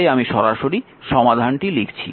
তাই আমি সরাসরি সমাধানটি লিখছি